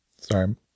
Sorry